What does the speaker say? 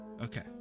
Okay